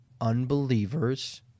unbelievers